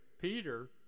Peter